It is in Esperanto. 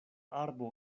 arbo